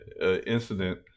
incident